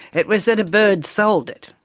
it was that a bird sold it.